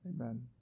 Amen